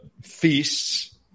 feasts